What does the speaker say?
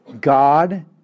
God